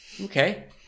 Okay